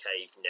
cave